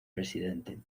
presidente